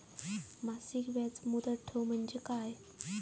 मासिक याज मुदत ठेव म्हणजे काय?